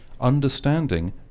Understanding